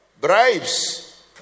bribes